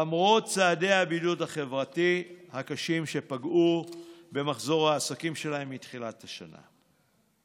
למרות צעדי הבידוד החברתי הקשים שפגעו במחזור העסקים שלהם מתחילת השנה.